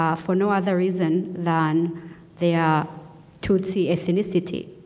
um for no other reason than they are tsotsi ethnicity.